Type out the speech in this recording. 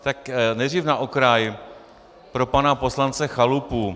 Tak nejdřív na okraj pro pana poslance Chalupu.